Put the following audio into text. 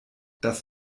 das